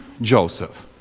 Joseph